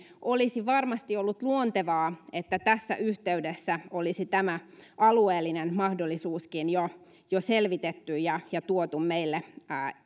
olisi varmasti ollut luontevaa että tässä yhteydessä olisi tämä alueellinen mahdollisuuskin jo selvitetty ja ja tuotu meille